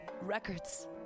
records